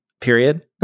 period